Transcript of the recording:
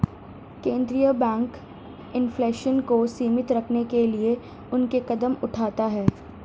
केंद्रीय bank inflation को सीमित रखने के लिए अनेक कदम उठाता है